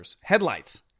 headlights